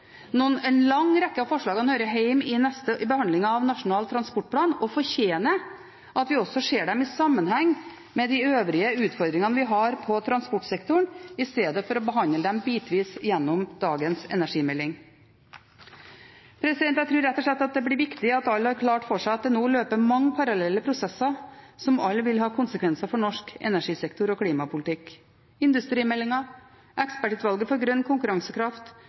En lang rekke av forslagene hører hjemme i behandlingen av Nasjonal transportplan – og fortjener at vi ser dem i sammenheng med de øvrige utfordringene vi har på transportsektoren, i stedet for å behandle dem bitvis gjennom dagens energimelding. Jeg tror rett og slett det blir viktig at alle har klart for seg at det nå løper mange parallelle prosesser som alle vil ha konsekvenser for norsk energisektor og klimapolitikk – industrimeldingen, ekspertutvalget for grønn konkurransekraft,